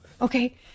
Okay